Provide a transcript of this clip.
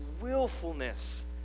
willfulness